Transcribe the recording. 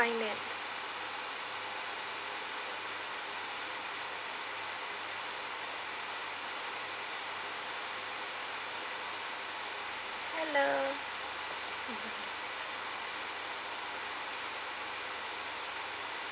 finance hello